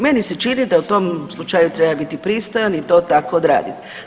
Meni se čini da u tom slučaju treba biti pristojan i to tako odradit.